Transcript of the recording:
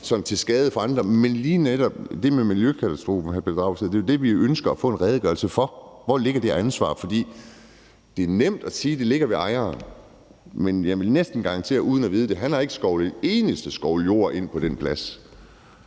til skade for andre. Men lige netop det med miljøkatastrofen, hr. Pelle Dragsted, er jo det, vi ønsker at få en redegørelse for: Hvor ligger det ansvar? For det er nemt at sige, at det ligger ved ejeren, men jeg vil næsten garantere, uden at vide det, at han ikke har skovlet en eneste skovl jord ind på den plads